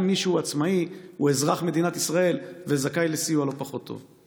גם מי שהוא עצמאי הוא אזרח מדינת ישראל וזכאי לסיוע לא פחות טוב.